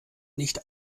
nicht